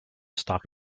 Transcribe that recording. stock